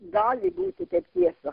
gali būti tiesa